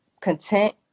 content